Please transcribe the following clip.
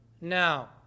now